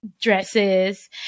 dresses